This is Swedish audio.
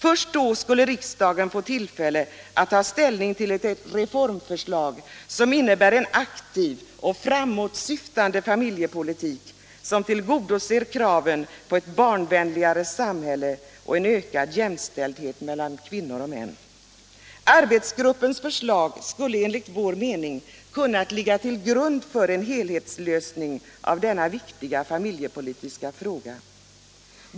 Först då skulle riksdagen få tillfälle att ta ställning till ett reformförslag som innebär en aktiv och framåtsyftande familjepolitik som tillgodoser kraven på ett barnvänligare samhälle och en ökad jämställdhet mellan kvinnor Arbetsgruppens förslag skulle enligt vår mening ha kunnat ligga till grund för en helhetslösning av denna viktiga familjepolitiska fråga.